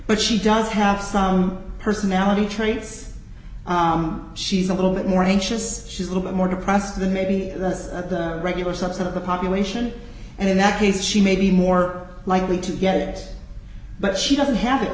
but she does have some personality traits she's a little bit more anxious she's a little bit more depressed than maybe a regular subset of the population and in that case she may be more likely to get it but she doesn't have it